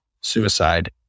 suicide